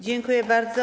Dziękuję bardzo.